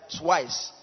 twice